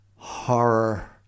horror